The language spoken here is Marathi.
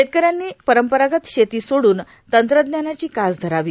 शेतकऱ्यानी परंपरागत शेती सोडून तंत्रज्ञानाची कास धरावी